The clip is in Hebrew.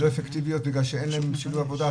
הן לא אפקטיביות בגלל שאין להם שילוב עבודה,